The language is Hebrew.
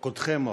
קודחי מוח?